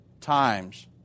times